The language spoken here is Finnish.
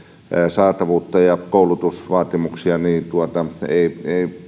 saatavuutta ja koulutusvaatimuksia ei